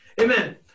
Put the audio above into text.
amen